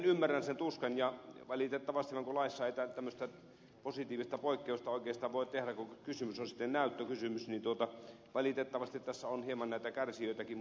ymmärrän sen tuskan ja valitettavasti silloin kun laissa tämmöistä positiivista poikkeusta ei oikeastaan voi tehdä kun kysymys on näyttökysymys tässä on hieman näitä kärsijöitäkin